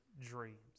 dreams